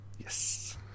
Yes